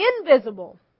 invisible